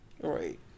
Right